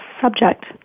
subject